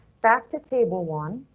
back to table one.